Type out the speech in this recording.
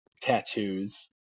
tattoos